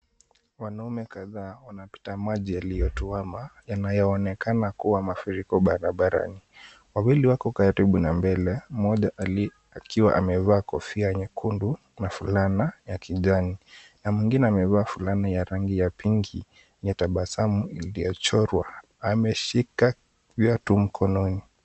Wanaume kadhaa wanapita maji yaliyotuama yanayoonekana kuwa mafuriko barabarani. Wawili wako karibu na mbele mmoja akiwa amevaa kofia nyekundu na fulana ya kijani na mwingine amevaa fulana ya rangi ya pinki na tabasamu iliyochorwa. Ameshika viatu mkononi.